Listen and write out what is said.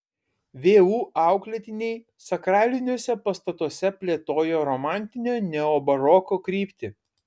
vu auklėtiniai sakraliniuose pastatuose plėtojo romantinio neobaroko kryptį